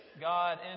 God